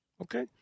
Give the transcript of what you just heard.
okay